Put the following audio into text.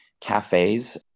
cafes